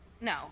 No